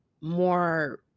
more